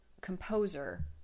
composer